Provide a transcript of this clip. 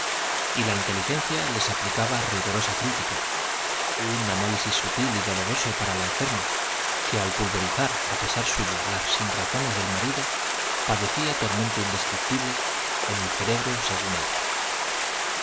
y la inteligencia les aplicaba rigorosa crítica un análisis sutil y doloroso para la enferma que al pulverizar a pesar suyo las sinrazones del marido padecía tormento indescriptible en el cerebro según ella